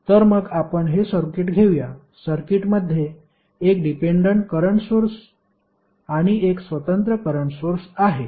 तर मग आपण हे सर्किट घेऊया सर्किटमध्ये एक डिपेंडेंट करंट सोर्स आणि एक स्वतंत्र करंट सोर्स आहे